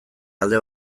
alde